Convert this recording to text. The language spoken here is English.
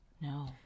no